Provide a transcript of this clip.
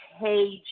pages